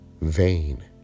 vain